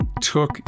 took